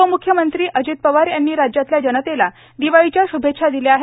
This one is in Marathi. उपमुख्यमंत्री अजित पवार यांनी राज्यातल्या जनतेला दिवाळीच्या शुभेच्छा दिल्या आहेत